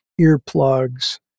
earplugs